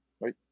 right